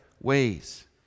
ways